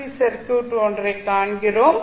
C circuit ஒன்றைக் காண்கிறோம்